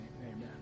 Amen